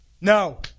No